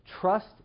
trust